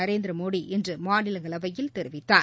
நரேந்திரமோடி இன்று மாநிலங்களவையில் தெரிவித்தார்